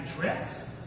dress